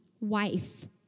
wife